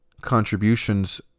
contributions